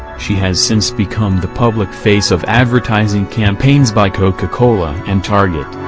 she has since become the public face of advertising campaigns by coca-cola and target.